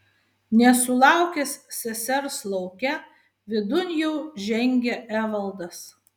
nesulaukęs sesers lauke vidun jau žengė evaldas